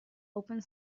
open